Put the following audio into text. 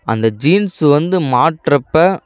அந்த ஜீன்ஸு வந்து மாட்டுறப்ப